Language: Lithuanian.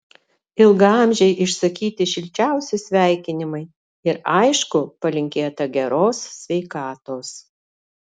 ilgaamžei išsakyti šilčiausi sveikinimai ir aišku palinkėta geros sveikatos